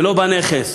ולא בנכס.